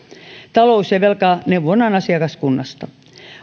talous ja velkaneuvonnan asiakaskunnasta